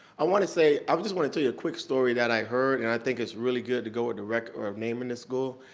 i wanna say, i but just wanna tell you a quick story that i heard, and i think it's really good to go ah direct, or naming this school.